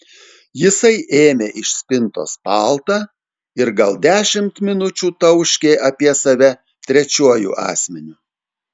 jisai ėmė iš spintos paltą ir gal dešimt minučių tauškė apie save trečiuoju asmeniu